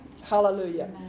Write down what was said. Hallelujah